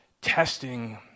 testing